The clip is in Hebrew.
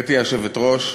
גברתי היושבת-ראש,